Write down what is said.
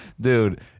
dude